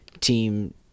Team